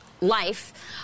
life